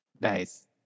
Nice